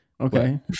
Okay